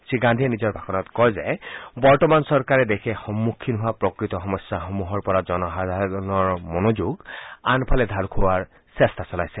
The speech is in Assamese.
শ্ৰীগান্ধীয়ে নিজৰ ভাষণত কয় যে বৰ্তমান চৰকাৰে দেশে সন্মুখীন হোৱা প্ৰকৃত সমস্যাসমূহৰ পৰা জনসাধাৰণৰ মনোযোগ আনফালে ঢাল খুওৱাৰ চেষ্টা চলাইছে